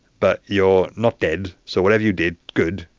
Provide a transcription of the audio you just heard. but you're not dead, so whatever you did, good,